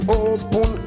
open